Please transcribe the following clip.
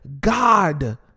God